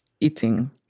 eating